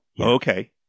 Okay